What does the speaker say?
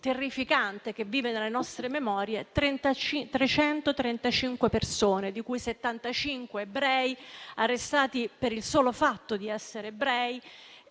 terrificante che vive nelle nostre memorie, 335 persone, di cui 75 ebrei arrestati per il solo fatto di essere ebrei,